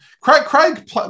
Craig